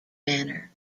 manner